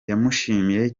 yamushimiye